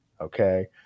Okay